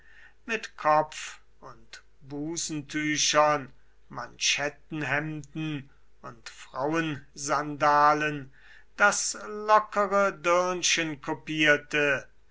mit kopf und busentüchern manschettenhemden und frauensandalen das lockere dirnchen kopierte